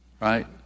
Right